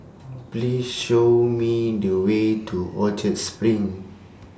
Please Show Me The Way to Orchard SPRING